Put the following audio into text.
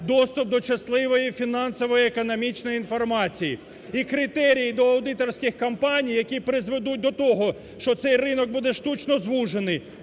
доступ до …….. фінансово-економічної інформації. І критерії до аудиторських компаній, які призведуть до того, що цей ринок буде штучно звужений